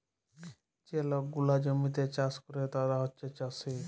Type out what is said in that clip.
যে লক গুলা জমিতে চাষ ক্যরে তারা হছে চাষী